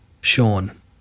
Sean